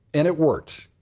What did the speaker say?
and it worked.